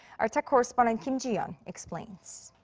our tech correspondent kim jiyeon explains.